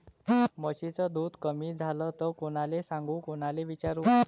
म्हशीचं दूध कमी झालं त कोनाले सांगू कोनाले विचारू?